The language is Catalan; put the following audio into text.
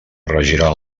regiran